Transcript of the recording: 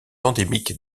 endémique